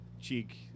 cheek